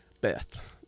Beth